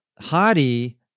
Hadi